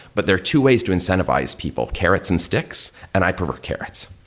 but there are two ways to incentivize people, carrots and sticks, and i prefer carrots.